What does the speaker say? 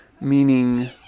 meaning